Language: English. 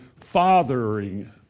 fathering